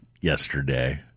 yesterday